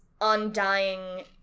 undying